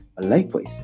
Likewise